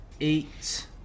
eight